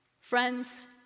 Friends